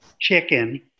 chicken